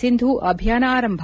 ಸಿಂಧು ಅಭಿಯಾನ ಆರಂಭ